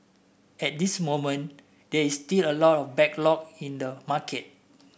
at this moment there is still a lot of backlog in the market